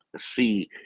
see